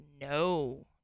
no